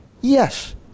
yes